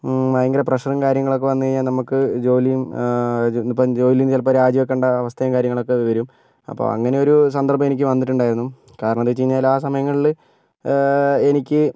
ഭയങ്കര പ്രഷറും കാര്യങ്ങളൊക്കേ വന്നു കഴിഞ്ഞാൽ നമുക്ക് ജോലിയും ഇപ്പം ജോലിയെന്നു ചിലപ്പം രാജി വെക്കേണ്ട അവസ്ഥയും കാര്യങ്ങളൊക്കെ വരും അപ്പോൾ അങ്ങനെ ഒരു സന്ദർഭം എനിക്ക് വന്നിട്ടുണ്ടായിരുന്നുകാരണം എന്തെന്ന് വെച്ച് കഴിഞ്ഞാൽ ആ സമയങ്ങളിൽ എനിക്ക്